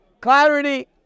clarity